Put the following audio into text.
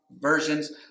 versions